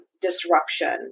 disruption